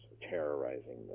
terrorizing